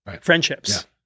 friendships